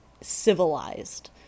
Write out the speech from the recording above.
civilized